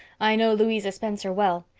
i know louisa spencer well.